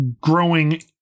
growing